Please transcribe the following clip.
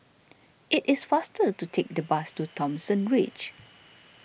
it is faster to take the bus to Thomson Ridge